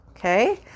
Okay